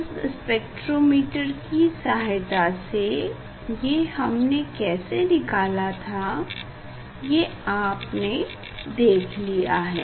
prism spectrometer की सहायता से ये हमने कैसे निकाला था ये आपने देख लिया है